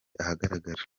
ahagaragara